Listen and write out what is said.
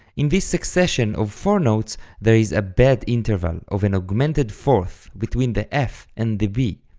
in this succession of four notes there is a bad interval of an augmented fourth between the f and the b.